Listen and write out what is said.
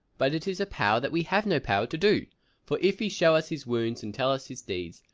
but it is a power that we have no power to do for if he show us his wounds and tell us his deeds,